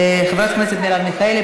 חברת הכנסת מרב מיכאלי,